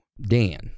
Dan